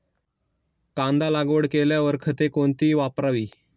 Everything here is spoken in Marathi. कांदा लागवड केल्यावर खते कोणती वापरावी?